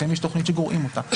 לפעמים יש תכנית שגורעים אותה.